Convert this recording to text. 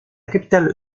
capitale